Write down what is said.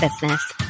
business